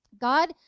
God